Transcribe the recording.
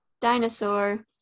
Dinosaur